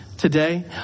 today